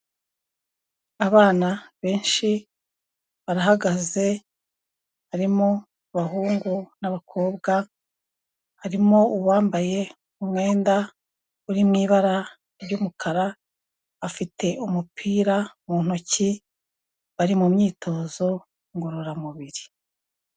Abana benshi barahagaze barimo bahungu n'abakobwa harimo uwambaye umwenda uri mu ibara ry'umukara afite umupira mu ntoki bari mu myitozo ngororamubiri.